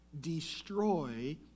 destroy